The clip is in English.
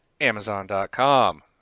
amazon.com